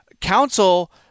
Council